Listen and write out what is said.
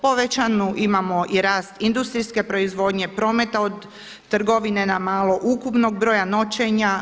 Povećanu imamo i rast industrijske proizvodnje, prometa od trgovine na malo, ukupnog broja noćenja.